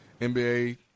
NBA